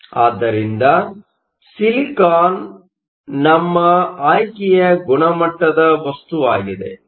ಆದ್ದರಿಂದ ಸಿಲಿಕಾನ್ ನಮ್ಮ ಆಯ್ಕೆಯ ಗುಣಮಟ್ಟದ ವಸ್ತುವಾಗಿದೆ